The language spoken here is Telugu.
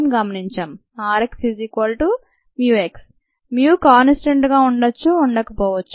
rxμx μ కాన్స్టంట్ గా ఉండొచ్చు ఉండకపోవచ్చు